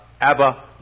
Abba